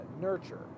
nurture